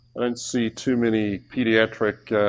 and see too many pediatric